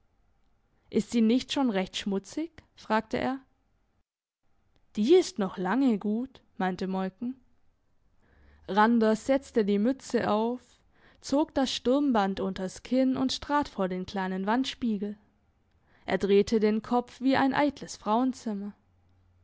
ist sie nicht schon recht schmutzig fragte er die ist noch lange gut meinte moiken randers setzte die mütze auf zog das sturmband unters kinn und trat vor den kleinen wandspiegel er drehte den kopf wie ein eitles frauenzimmer